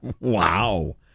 Wow